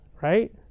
right